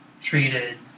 treated